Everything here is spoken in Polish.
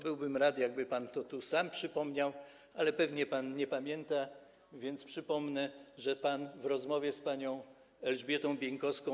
Byłbym rad, jakby pan to tu sam przypomniał, ale pewnie pan nie pamięta, więc przypomnę, że pan w rozmowie z panią Elżbietą Bieńkowską.